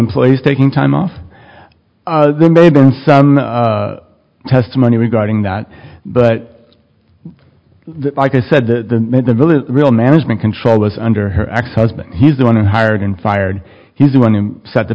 employees taking time off there may have been some testimony regarding that but like i said the real management control was under her ex husband he's the one who hired and fired he's the one who set the